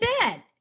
bed